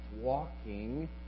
walking